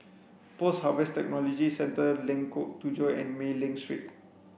Post Harvest Technology Centre Lengkok Tujoh and Mei Ling Street